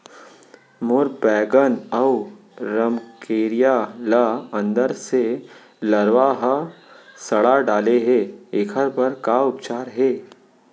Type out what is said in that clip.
मोर बैगन अऊ रमकेरिया ल अंदर से लरवा ह सड़ा डाले हे, एखर बर का उपचार हे?